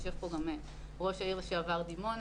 ישב פה גם ראש העיר לשעבר דימונה,